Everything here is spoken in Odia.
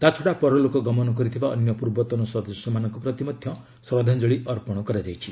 ତାଛଡ଼ା ପରଲୋକ ଗମନ କରିଥିବା ଅନ୍ୟ ପୂର୍ବତନ ସଦସ୍ୟମାନଙ୍କ ପ୍ରତି ମଧ୍ୟ ଶ୍ରଦ୍ଧାଞ୍ଜଳୀ ଅର୍ପଣ କରାଯାଇଥିଲା